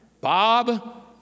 Bob